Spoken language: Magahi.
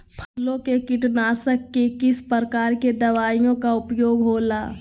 फसलों के कीटनाशक के किस प्रकार के दवाइयों का उपयोग हो ला?